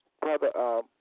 brother